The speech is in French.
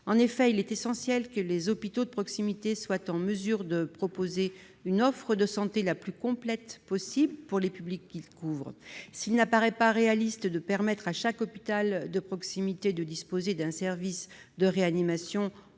En effet, il est essentiel que les hôpitaux de proximité soient en mesure de proposer une offre de santé la plus complète possible aux publics qu'ils couvrent. S'il n'apparaît pas réaliste de permettre à chaque hôpital de proximité de disposer d'un service de réanimation,